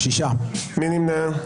מי נמנע?